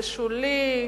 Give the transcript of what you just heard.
זה שולי,